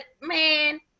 man